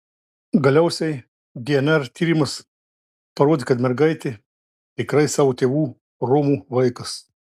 galiausiai dnr tyrimas parodė kad mergaitė tikrai savo tėvų romų vaikas